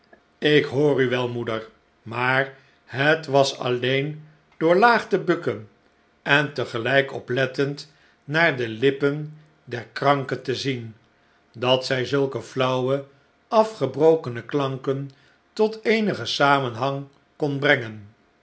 ik hoor u wel moeder maar het was alleen door laag te bukken en tegelijk oplettend naar de lippen der kranke te zien dat zij zulke flauwe afgebrokene klanken tot eenigen samenhang kon brengen